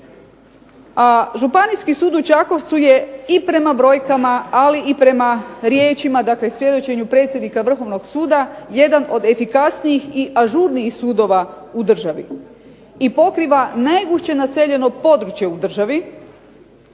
A Županijski sud u Čakovcu je i prema brojkama, ali i prema riječima, dakle i svjedočenju predsjednika Vrhovnog suda jedan od efikasnijih i ažurnijih sudova u državi i pokriva najgušće naseljeno područje u državi